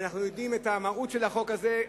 אנחנו יודעים את המהות של החוק הזה,